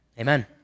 Amen